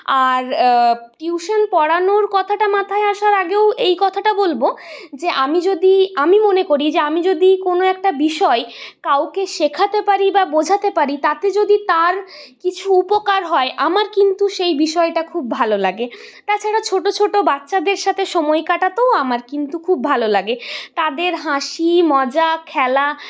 আর tuition পড়ানোর কথাটা মাথায় আসার আগেও এই কথাটা বলবো যে আমি যদি আমি মনে করি যে আমি যদি কোনো একটা বিষয় কাউকে শেখাতে পারি বা বোঝাতে পারি তাতে যদি তার কিছু উপকার হয় আমার কিন্তু সেই বিষয়টা খুব ভালো লাগে তাছাড়া ছোটো ছোটো বাচ্চাদের সাথে সময় কাটাতেও আমার কিন্তু খুব ভালো লাগে তাদের হাসি মজা খেলা